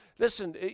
Listen